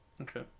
Okay